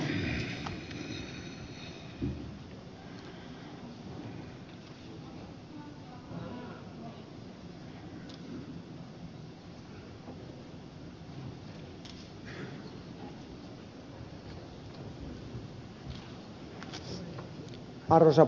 arvoisa puhemies